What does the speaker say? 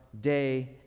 day